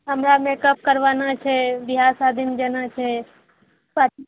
हमरा मेकअप करबाना छै बियाह शादीमे जाना छै पाइ की